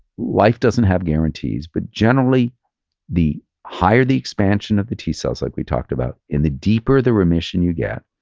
life doesn't have guarantees, but generally the higher the expansion of the t-cells, like we talked about, and the deeper the remission you get,